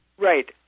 Right